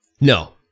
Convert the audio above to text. No